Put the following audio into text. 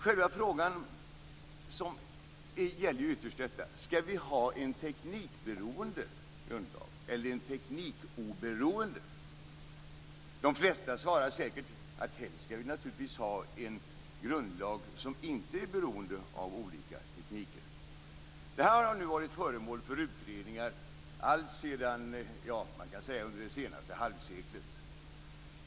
Själva frågan gäller ytterst om vi skall ha en teknikberoende grundlag eller en teknikoberoende. De flesta svarar säkert att vi helst skall ha en grundlag som inte är beroende av olika tekniker. Saken har varit föremål för utredningar under det senaste halvseklet.